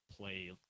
play